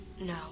no